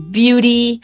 beauty